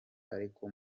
ariko